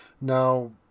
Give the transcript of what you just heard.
Now